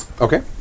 Okay